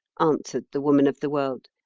answered the woman of the world,